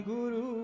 Guru